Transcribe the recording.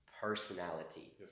personality